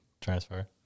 transfer